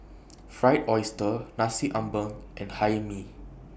Fried Oyster Nasi Ambeng and Hae Mee